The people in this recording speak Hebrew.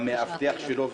במאבטח שלו,